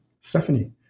Stephanie